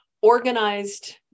organized